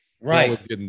right